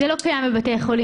זה לא קיים בבתי-חולים.